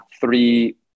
three